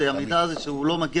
והאנשים שם מאוד מאוד מאוד מעוטי